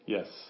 Yes